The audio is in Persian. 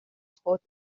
خود